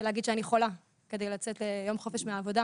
ולהגיד שאני חולה כדי לצאת ליום חופש מהעבודה.